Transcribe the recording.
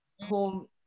home